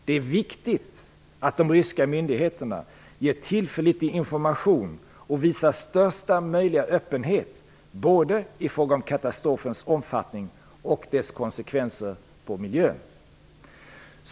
Det är viktigt att de ryska myndigheterna ger tillförlitlig information och visar största möjliga öppenhet både i fråga om katastrofens omfattning och dess konsekvenser på miljön.